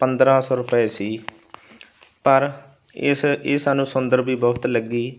ਪੰਦਰਾਂ ਸੌ ਰੁਪਏ ਸੀ ਪਰ ਇਸ ਇਹ ਸਾਨੂੰ ਸੁੰਦਰ ਵੀ ਬਹੁਤ ਲੱਗੀ